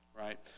right